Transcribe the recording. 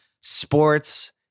sports